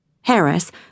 Harris